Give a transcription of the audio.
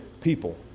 people